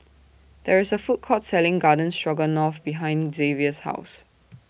There IS A Food Court Selling Garden Stroganoff behind Zavier's House